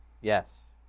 Yes